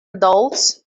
adults